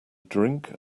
drink